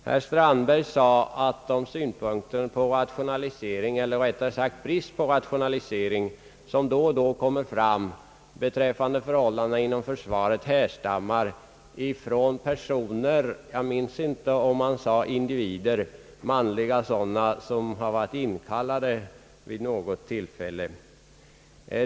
Herr Strandberg sade att de synpunkter på rationalisering — eller rättare sagt brist på rationalisering — som då och då kommer fram beträffande förhållandena inom försvaret härstammar från personer — jag minns inte, om han sade individer, manliga sådana — som har varit inkallade vid något tillfälle.